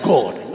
God